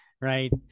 right